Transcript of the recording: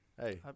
Hey